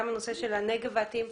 גם הנושא של הנגה וואטים.